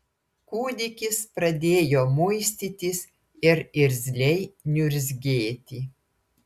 kūdikis pradėjo muistytis ir irzliai niurzgėti